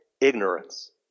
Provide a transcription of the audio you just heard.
ignorance